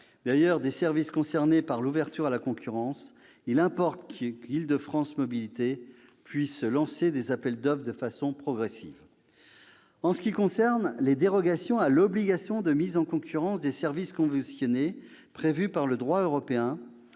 l'ampleur des services concernés par l'ouverture à la concurrence, il importe qu'Île-de-France Mobilités puisse lancer des appels d'offres de façon progressive. En ce qui concerne les dérogations à l'obligation de mise en concurrence des services conventionnés, prévues par le droit européen,